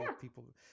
people